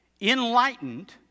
enlightened